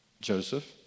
Joseph